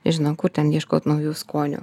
žinau kur ten ieškot naujų skonių